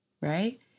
Right